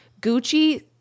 Gucci